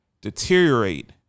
deteriorate